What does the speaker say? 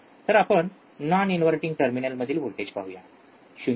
तर आपण non inverting टर्मिनलमधील व्होल्टेज पाहूया ०